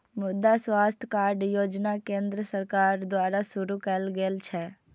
मुद्रा स्वास्थ्य कार्ड योजना केंद्र सरकार द्वारा शुरू कैल गेल छै